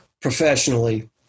Professionally